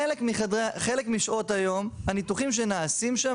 חלק משעות היום הניתוחים שנעשים שם,